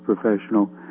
professional